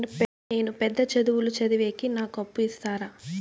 నేను పెద్ద చదువులు చదివేకి నాకు అప్పు ఇస్తారా